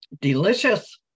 delicious